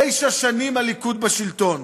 תשע שנים הליכוד בשלטון,